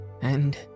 And—